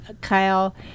Kyle